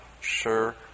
sure